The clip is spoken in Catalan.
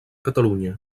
catalunya